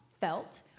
felt